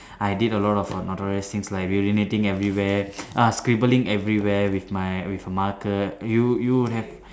I did a lot of uh notorious things like urinating everywhere ah scribbling everywhere with my with a marker you you would have